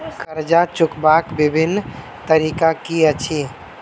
कर्जा चुकबाक बिभिन्न तरीका की अछि?